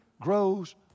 grows